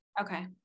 Okay